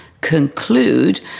conclude